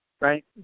right